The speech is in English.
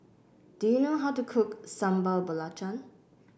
do you know how to cook Sambal Belacan